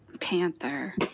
Panther